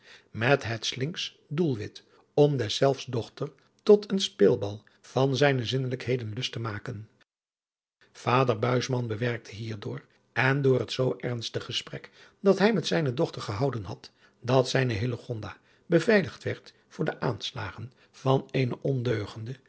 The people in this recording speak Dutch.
met het slinksch doelwit om deszelfs dochter tot een speelbal van zijnen zinnelijken lust te maken vader buisman bewerkte hierdoor en door het zoo ernstig gesprek dat hij met zijne dochter gehouden had dat zijne hillegonda beveiligd werd voor de aanslagen van eenen ondeugenden